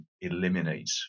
eliminate